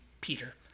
Peter